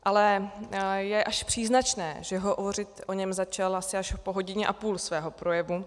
Ale je až příznačné, že hovořit o něm začal asi až po hodině a půl svého projevu.